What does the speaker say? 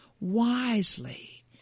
wisely